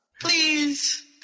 Please